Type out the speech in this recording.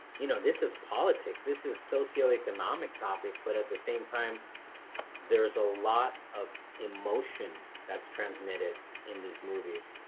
you know, this is politics. this is socioeconomic topics but at the same time there's a lot of emotion that's transmitted in these movies